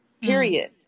period